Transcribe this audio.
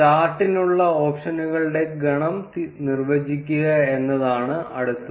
ചാർട്ടിനുള്ള ഓപ്ഷനുകളുടെ ഗണം നിർവ്വചിക്കുക എന്നതാണ് അടുത്തത്